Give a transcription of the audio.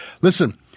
Listen